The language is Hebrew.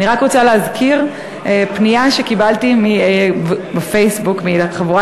אני רק רוצה להזכיר פנייה שקיבלתי בפייסבוק מחבורה